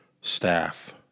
staff